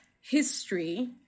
history